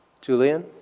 Julian